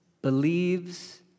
Believes